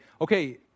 Okay